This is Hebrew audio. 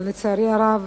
אבל לצערי הרב